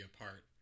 apart